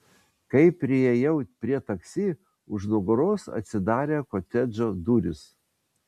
kai priėjau prie taksi už nugaros atsidarė kotedžo durys